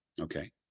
okay